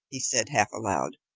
he said half-aloud.